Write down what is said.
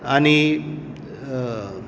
आनी